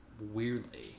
weirdly